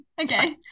Okay